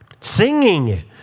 Singing